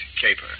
Caper